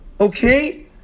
Okay